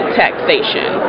taxation